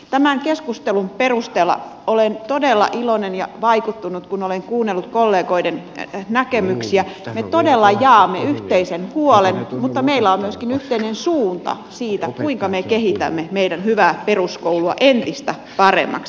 tämän keskustelun perusteella olen todella iloinen ja vaikuttunut kun olen kuunnellut kollegoiden näkemyksiä me todella jaamme yhteisen huolen mutta meillä on myöskin yhteinen suunta siitä kuinka me kehitämme meidän hyvää peruskoulua entistä paremmaksi